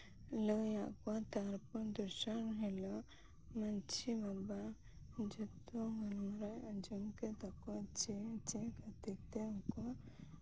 ᱞᱟᱹᱭᱟᱫ ᱠᱚᱣᱟ ᱛᱟᱨᱯᱚᱨ ᱫᱚᱥᱟᱨ ᱦᱤᱞᱳᱜ ᱢᱟᱹᱡᱷᱤ ᱵᱟᱵᱟ ᱡᱷᱚᱛᱚ ᱜᱟᱞᱢᱟᱨᱟᱣᱮ ᱟᱸᱡᱚᱢ ᱠᱮᱫ ᱛᱟᱠᱚᱣᱟ ᱡᱮ ᱪᱮᱫ ᱠᱷᱟᱹᱛᱤᱨ ᱛᱮ ᱩᱱᱠᱩ